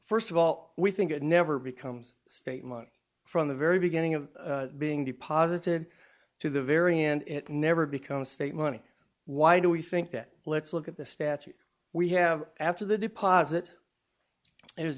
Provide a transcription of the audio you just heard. first of all we think it never becomes state money from the very beginning of being deposited to the very end it never becomes state money why do we think that let's look at the statute we have after the